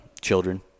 children